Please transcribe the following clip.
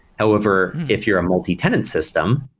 however, if you're a multitenant system,